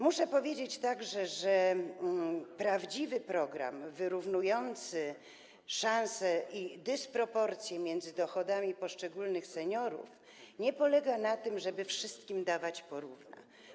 Muszę także powiedzieć, że prawdziwy program wyrównujący szanse i dysproporcje między dochodami poszczególnych seniorów nie polega na tym, żeby wszystkim dawać po równo.